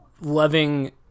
loving